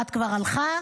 אחת כבר הלכה,